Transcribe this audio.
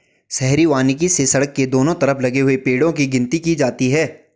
शहरी वानिकी से सड़क के दोनों तरफ लगे हुए पेड़ो की गिनती की जाती है